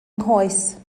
nghoes